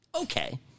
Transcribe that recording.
Okay